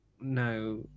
no